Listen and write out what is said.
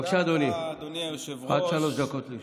בבקשה, אדוני, עד שלוש דקות לרשותך.